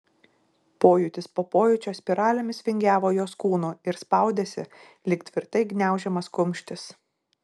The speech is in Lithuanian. pojūtis po pojūčio spiralėmis vingiavo jos kūnu ir spaudėsi lyg tvirtai gniaužiamas kumštis